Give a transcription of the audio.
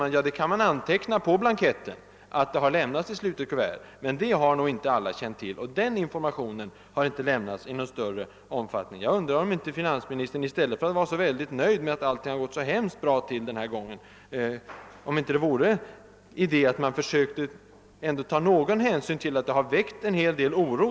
På detta svarar man att det på blanketten kan antecknas att denna har avlämnats i slutet kuvert. Men den sa ken har nog inte alla känt till. Information om just den saken har inte lämnats i någon större omfattning. Jag undrar om inte finansministern, i stället för att vara så nöjd med att allt har gått så väldigt bra denna gång, borde ta någon hänsyn till att förfarandet har väckt en hel del oro.